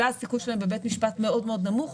הסיכוי שלהם בבית משפט מאוד מאוד נמוך,